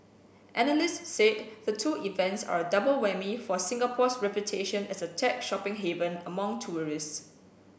analysts said the two events are a double whammy for Singapore's reputation as a tech shopping haven among tourists